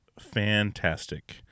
fantastic